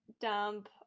dump